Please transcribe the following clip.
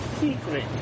Secret